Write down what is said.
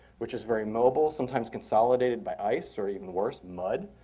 which is very mobile, sometimes consolidated by ice, or even worse, mud.